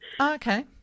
Okay